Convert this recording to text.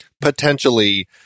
potentially